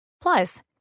Plus